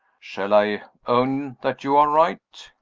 shall i own that you are right?